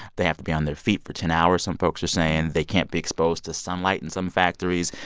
they have to be on their feet for ten hours. some folks are saying they can't be exposed to sunlight in some factories.